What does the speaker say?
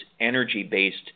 energy-based